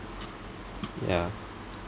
yeah